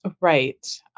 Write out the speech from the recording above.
Right